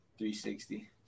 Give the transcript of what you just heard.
360